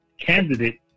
candidate